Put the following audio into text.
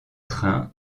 trains